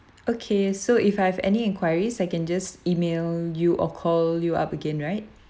okay so if I have any enquiries I can just email you or call you up again right